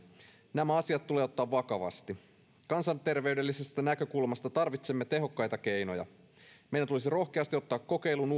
nämä asiat tulee ottaa vakavasti kansanterveydellisestä näkökulmasta tarvitsemme tehokkaita keinoja meidän tulisi rohkeasti ottaa kokeiluun